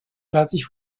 fertig